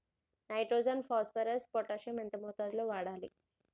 Nitrogen phosphorus potassium ఎంత మోతాదు లో వాడాలి?